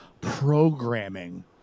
programming